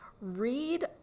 Read